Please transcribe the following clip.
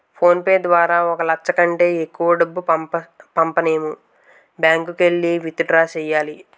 phone pay ద్వారా ఒక లచ్చ కంటే ఎక్కువ డబ్బు పంపనేము బ్యాంకుకెల్లి విత్ డ్రా సెయ్యాల